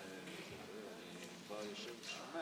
כבוד היושבת-ראש,